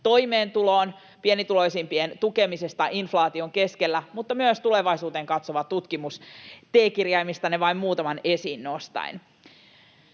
toimeentuloon, pienituloisimpien tukemiseen inflaation keskellä mutta myös tulevaisuuteen katsovaan tutkimukseen. — T-kirjaimistanne vain muutaman esiin nostaen.